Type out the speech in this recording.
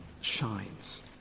shines